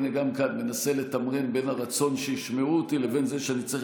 גם כאן אני מנסה לתמרן בין הרצון שישמעו אותי לבין זה שאני צריך